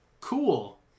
cool